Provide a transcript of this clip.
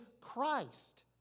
Christ